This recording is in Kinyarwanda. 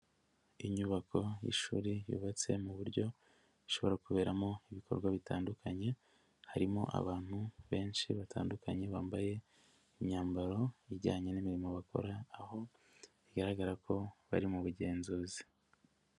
Inyubako y'ishuri yubatse mu buryo ishobora kuberamo ibikorwa bitandukanye, harimo abantu benshi batandukanye bambaye imyambaro ijyanye n'imirimo bakora aho bigaragara ko bari mu bugenzuzi.